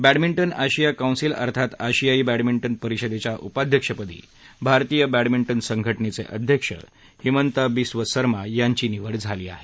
badminton Asia council अर्थात आशियाई badminton परिषदेच्या उपाध्यक्षपदी भारतीय बॅंडमिंटन संघटनेचे अध्यक्ष हिमंता बिस्व सर्मा यांची निवड झाली आहे